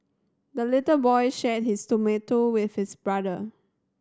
the little boy shared his tomato with his brother